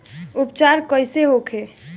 उपचार कईसे होखे?